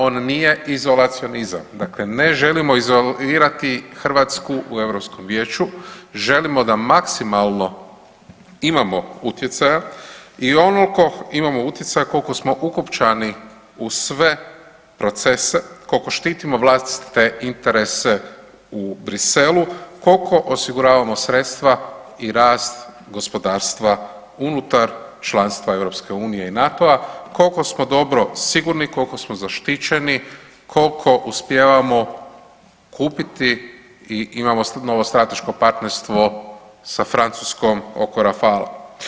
On nije izolacionizam, dakle ne želimo izolirati Hrvatsku u Europskom vijeću, želimo da maksimalno imamo utjecaja i onoliko imamo utjecaja koliko smo ukopčani u sve procese, koliko štitimo vlastite interese u Bruxellesu, koliko osiguravamo sredstva i rast gospodarstva unutar članstva EU i NATO-a, koliko smo dobro sigurni, koliko smo zaštićeni, koliko uspijevamo kupiti i imamo novo strateško partnerstvo sa Francuskom oko Rafala.